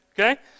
okay